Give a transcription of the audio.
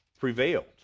prevailed